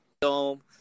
dome